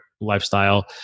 lifestyle